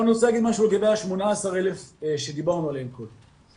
עכשיו אני רוצה להגיד משהו לגבי ה-18,000 שדיברנו עליהם קודם.